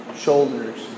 shoulders